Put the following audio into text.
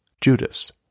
Judas